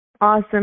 awesome